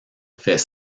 fait